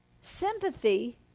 Sympathy